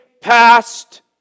past